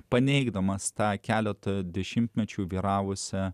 paneigdamas tą keletą dešimtmečių vyravusią